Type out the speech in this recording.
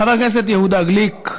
חבר הכנסת יהודה גליק.